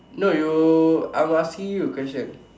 no you I'm asking you a question